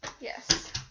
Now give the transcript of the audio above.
Yes